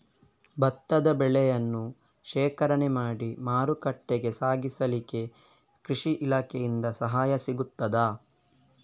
ಭತ್ತದ ಬೆಳೆಯನ್ನು ಶೇಖರಣೆ ಮಾಡಿ ಮಾರುಕಟ್ಟೆಗೆ ಸಾಗಿಸಲಿಕ್ಕೆ ಕೃಷಿ ಇಲಾಖೆಯಿಂದ ಸಹಾಯ ಸಿಗುತ್ತದಾ?